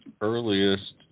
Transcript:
earliest